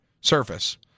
surface